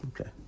Okay